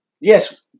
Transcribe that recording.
Yes